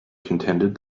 contended